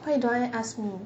why you don't ask me